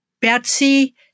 Betsy